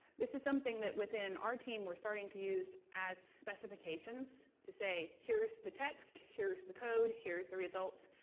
this is something that within our team we're starting to use as specifications to say here's the text, here's the code, here's the results.